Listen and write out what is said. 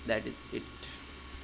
that is it